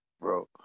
Bro